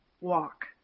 walk